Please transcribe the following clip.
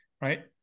right